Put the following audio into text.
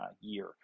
year